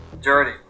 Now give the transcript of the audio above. dirty